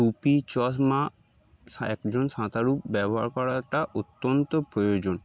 টুপি চশমা একজন সাঁতারুর ব্যবহার করাটা অত্যন্ত প্রয়োজন